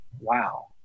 Wow